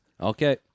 Okay